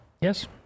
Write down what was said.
Yes